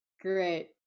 Great